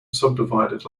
subdivided